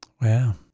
Wow